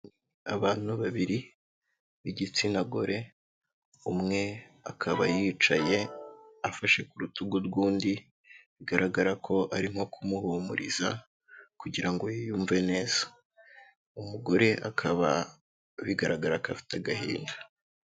Abantu babiri b'igitsina gore, umwe akaba yicaye afashe ku rutugu rw'undi, bigaragara ko ari nko kumuhumuriza kugira ngo yiyumve neza, umugore akaba bigaragara ko afite agahinda.